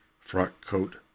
frock-coat